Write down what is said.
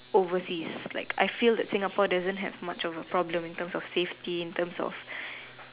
overseas like I feel that Singapore doesn't have much of a problem in terms of safety in terms of